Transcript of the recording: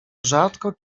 rzadko